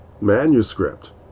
manuscript